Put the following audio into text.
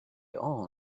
all